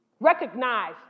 Recognize